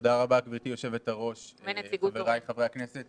תודה רבה, גברתי יושבת הראש, חבריי חברי הכנסת